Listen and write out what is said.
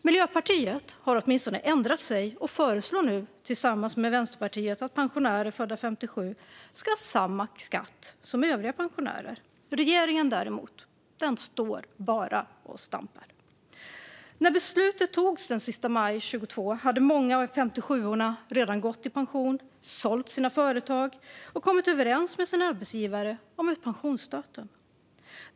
Miljöpartiet har åtminstone ändrat sig och föreslår nu tillsammans med Vänsterpartiet att pensionärer födda 1957 ska ha samma skatt som övriga pensionärer. Regeringen däremot står bara och stampar. När beslutet togs den 31 maj 2022 hade många av 57:orna redan gått i pension, sålt sina företag eller kommit överens med sin arbetsgivare om ett pensionsdatum.